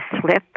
slip